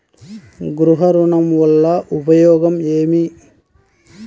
గృహ ఋణం వల్ల ఉపయోగం ఏమి?